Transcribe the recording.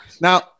Now